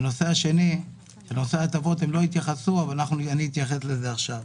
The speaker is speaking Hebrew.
לנושא ההטבות הם לא התייחסו אבל אתייחס לזה עכשיו.